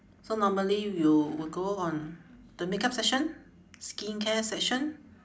so normally we'll we'll go on the makeup section skincare section